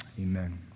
Amen